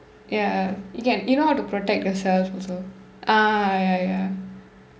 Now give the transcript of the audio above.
ya you can you know how to protect yourself also ah ya ya ya